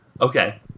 Okay